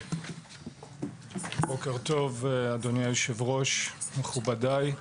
בוקר טוב אדוני היושב ראש ומכובדיי.